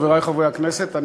חברי חברי הכנסת,